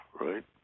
right